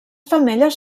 femelles